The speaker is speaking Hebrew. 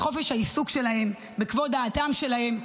בחופש העיסוק שלהם, בכבוד האדם שלהם.